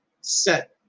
set